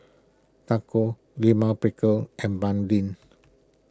Tacos Lima Pickle and Banh Lin